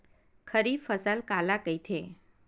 खरीफ फसल काला कहिथे?